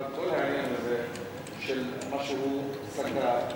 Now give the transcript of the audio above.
אבל כל העניין הזה של מה שהוא סקר,